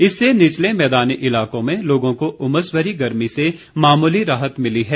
इससे निचले मैदानी इलाकों में लोगों को उमस भरी गर्मी से मामूली राहत मिली है